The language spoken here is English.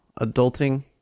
Adulting